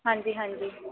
ਹਾਂਜੀ ਹਾਂਜੀ